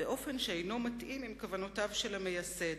באופן שאינו מתאים עם כוונותיו של המייסד.